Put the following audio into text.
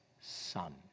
son